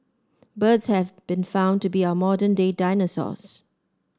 birds have been found to be our modern day dinosaurs